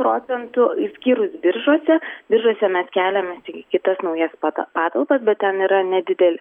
procentų išskyrus biržuose biržuose mes keliamės į kitas naujas pata patalpas bet ten yra nedideli